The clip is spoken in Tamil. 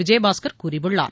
விஜயபாஸ்கர் கூறியுள்ளார்